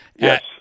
Yes